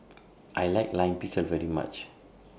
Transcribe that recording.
I like Lime Pickle very much